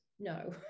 No